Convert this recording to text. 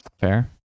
Fair